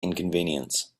inconvenience